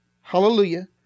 hallelujah